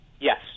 Yes